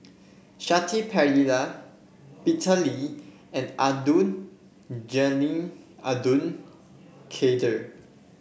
Shanti Pereira Peter Lee and Abdul Jalil Abdul Kadir